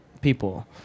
people